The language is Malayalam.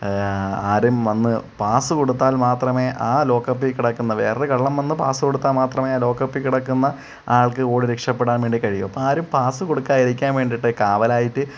ആരും വന്ന് പാസ്സ് കൊടുത്താൽ മാത്രമേ ആ ലോക്കപ്പിക്കെടക്കുന്ന വേറൊരു കള്ളൻ വന്ന് പാസ്സ് കൊടുത്താൽ മാത്രമേ ആ ലോക്കപ്പിക്കെടക്കുന്ന ആൾക്ക് ഓടി രക്ഷപ്പെടാൻ മേണ്ടിക്കഴിയു അപ്പം ആരും പാസ്സ് കൊടുക്കാതിരിക്കാൻ വേണ്ടീട്ട് കാവലായിട്ട്